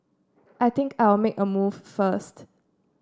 I think I'll make a move first